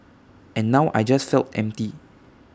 and now I just felt empty